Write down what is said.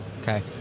Okay